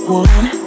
one